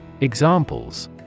Examples